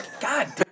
God